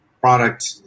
product